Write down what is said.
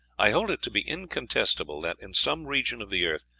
i hold it to be incontestable that, in some region of the earth,